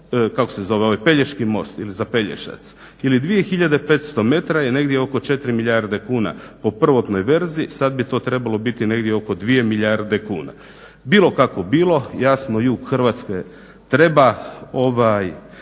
kako se zove, Pelješki most ili za Pelješac ili 2 hiljade 500 metara je negdje oko 4 milijarde kuna po prvotnoj verziji. Sad bi to trebalo biti negdje oko 2 milijarde kuna. Bilo kako bilo, jasno jug Hrvatske treba povezati